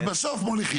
ובסוף מוליכים.